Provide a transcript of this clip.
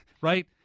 right